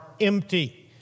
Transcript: empty